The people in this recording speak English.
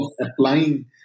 applying